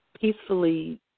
peacefully